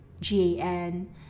gan